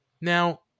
Now